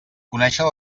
conéixer